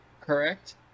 correct